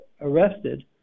arrested